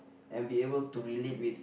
and be able to relate with